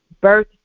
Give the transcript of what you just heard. birth